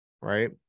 Right